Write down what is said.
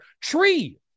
Tree